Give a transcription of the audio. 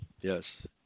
Yes